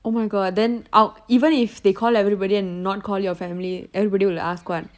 oh my god then ou~ even if they call everybody and not call your family everybody will ask [what]